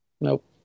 Nope